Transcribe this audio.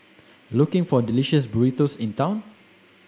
looking for delicious burritos in town